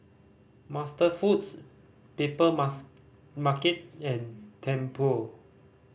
MasterFoods Papermars Market and Tempur